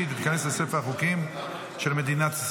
ותיכנס לספר החוקים של מדינת ישראל.